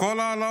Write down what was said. על כל ההעלאות.